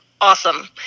awesome